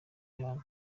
hantu